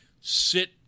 sit